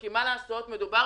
כי מדובר